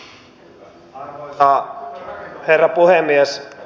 arvoisa herra puhemies